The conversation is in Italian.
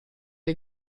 dei